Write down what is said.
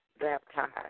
baptized